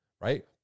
right